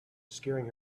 scaring